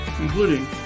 including